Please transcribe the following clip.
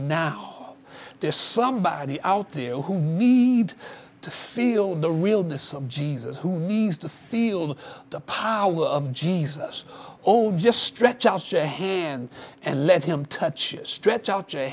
now there's somebody out there who need to feel the real the sub jesus who needs to feel the power of jesus or just stretch out your hand and let him touch it stretch out your